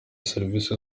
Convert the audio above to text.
serivisi